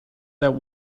that